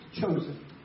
chosen